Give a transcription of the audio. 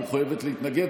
היא מחויבת להתנגד,